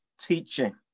teaching